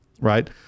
right